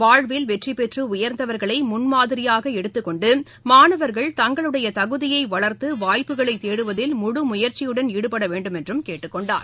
வாழ்வில் வெற்றி பெற்று உயர்ந்தவர்களை முன்மாதிரியாக எடுத்துக் கொண்டு மாணவர்கள் தங்களுடைய தகுதியை வளர்த்து வாய்ப்புகளை தேடுவதில் முழு முயற்சியுடன் ஈடுபட வேண்டும் என்று கேட்டுக் கொண்டார்